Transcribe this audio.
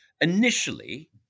initially